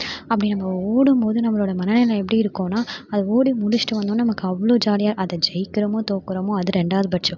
அப்படி நம்ம ஓடும் போது நம்மளோட மன நில எப்படி இருக்கும்ன்னா அது ஓடி முடிச்சுட்டு வந்தோம்னா நமக்கு அவ்வளோ ஜாலியாக அதை ஜெயிக்கிறமோ தோக்கிறமோ அது ரெண்டாவது பட்சம்